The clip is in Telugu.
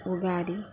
ఉగాది